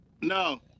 No